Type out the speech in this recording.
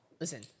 Listen